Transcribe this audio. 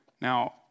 Now